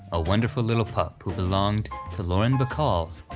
a wonderful little pup who belonged to lauren bacall.